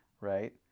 right